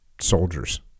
soldiers